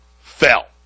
fell